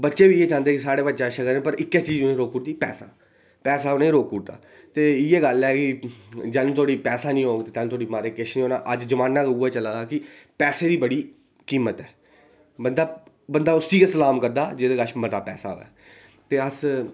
बच्चे बी इ'यै चांह्दे कि अस अग्गें जाह्चै पर इक्कै चीज रोकी ओड़दी पैसा पैसा उ'नें गी रोकी ओड़दा ते इ'यै गल्ल ऐ कि जंदू थोह्ड़ा पैसा नेईं होग ते तंदू धोडी माराज किश नेईं होना अज्ज जमाना गै उ'ऐ चलै दे कि पैसे दी बड़ी कीमत ऐ बंदा उसी गै सलाम करदा जेह्दे कश मता पैसा ऐ ते अस